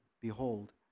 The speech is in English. behold